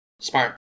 Smart